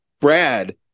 Brad